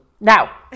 Now